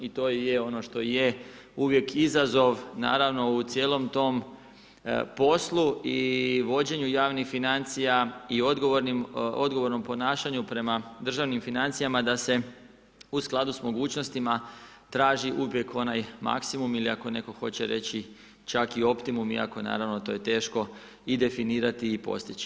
I to i je ono što je, uvijek izazov naravno u cijelom tom poslu i vođenju javnih financija i odgovornom ponašanju prema državnim financijama da se u skladu sa mogućnostima traži uvijek onaj maksimum ili ako netko hoće reći čak i optimum iako naravno to je teško i definirati i postići.